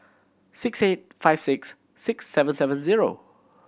six eight five six six seven seven zero